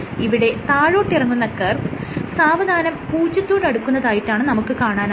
ഇവിടെ താഴോട്ടിറങ്ങുന്ന കർവ് സാവധാനം പൂജ്യത്തോടടുക്കുന്നതായിട്ടാണ് നമുക്ക് കാണാനാകുന്നത്